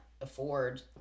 afford